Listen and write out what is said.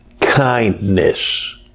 kindness